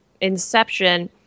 inception